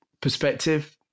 perspective